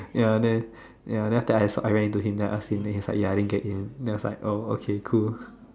ya then ya then after I I went into him then I ask him and he was like ya I Din get in then I was like oh okay cool